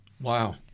Wow